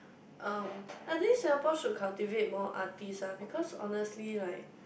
um I think Singapore should cultivate more artists ah because honestly like